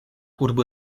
urbo